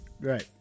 Right